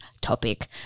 topic